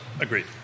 agreed